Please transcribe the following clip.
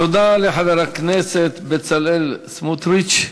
תודה רבה לחבר הכנסת בצלאל סמוטריץ.